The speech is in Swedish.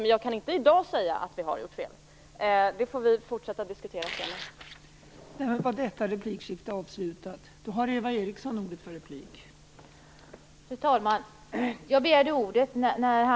Men jag kan i dag inte se att vi har gjort fel, utan det får vi fortsätta att diskutera senare.